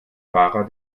fahrer